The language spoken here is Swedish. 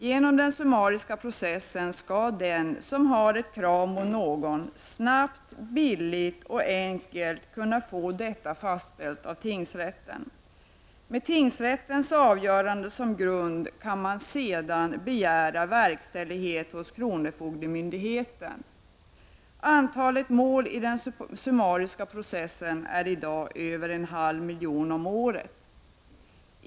Genom den summariska processen skall den som har ett krav mot någon snabbt, billigt och enkelt kunna få detta fastställt av tingsrätten. Med tingsrättens avgörande som grund kan man sedan begära verkställighet hos kronofogdemyndigheten. Antalet mål i den summariska processen är i dag över en halv miljon om året.